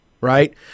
right